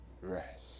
rest